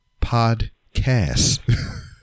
podcast